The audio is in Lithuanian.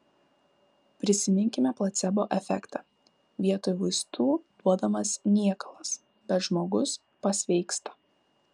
prisiminkime placebo efektą vietoj vaistų duodamas niekalas bet žmogus pasveiksta